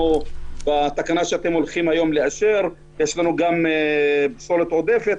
בתקנה שאתם הולכים היום לאשר יש לנו גם פסולת עודפת,